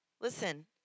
Listen